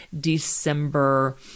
December